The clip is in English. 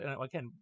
Again